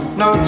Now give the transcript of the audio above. no